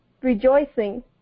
rejoicing